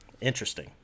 Interesting